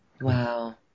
Wow